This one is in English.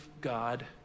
God